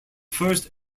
first